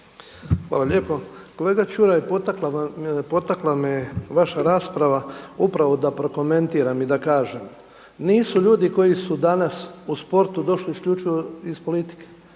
Hvala lijepo. Kolega Ćuraj, potakla me vaša rasprava upravo da prokomentiram i da kažem, nisu ljudi koji su danas u sportu došli isključivo iz politike.